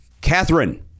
Catherine